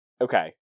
okay